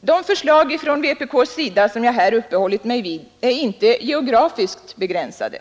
De förslag från vpk som jag här uppehållit mig vid är inte geografiskt begränsade.